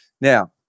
Now